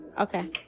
Okay